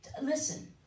Listen